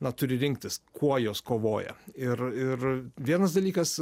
na turi rinktis kuo jos kovoja ir ir vienas dalykas